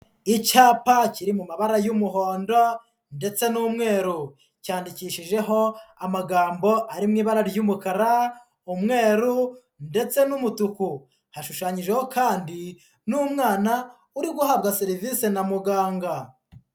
Icyapa kiri mu mabara y'umuhondo ndetse n'umweru cyandikishijeho amagambo ari mu ibara ry'umukara, umwe ndetse n'umutuku, hashushanyijeho kandi n'umwana uri guhabwa serivisi na muganga.